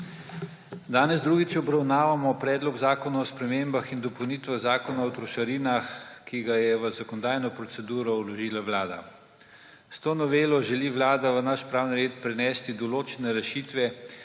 Danes drugič obravnavamo Predlog zakona o spremembah in dopolnitvah Zakona o trošarinah, ki ga je v zakonodajno proceduro vložila Vlada. S to novelo želi vlada v naš pravni red prinesti določene rešitve,